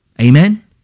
Amen